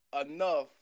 enough